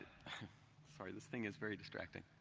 sorry, this thing is very distracting.